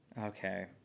okay